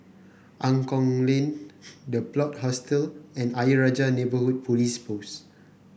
Angklong Lane The Plot Hostel and Ayer Rajah Neighbourhood Police Post